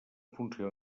funció